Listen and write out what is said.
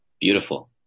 Beautiful